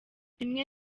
rimwe